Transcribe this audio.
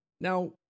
Now